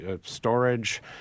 storage